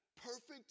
perfect